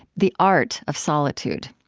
the art of solitude.